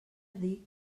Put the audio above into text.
dic